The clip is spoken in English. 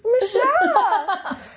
Michelle